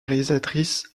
réalisatrice